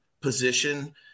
position